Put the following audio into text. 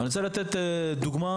אני רוצה לתת דוגמה: